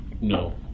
no